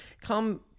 come